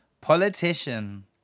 politician